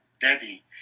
daddy